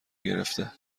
گرفته